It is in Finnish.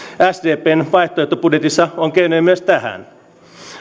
sdpn vaihtoehtobudjetissa on keinoja myös tähän